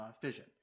fission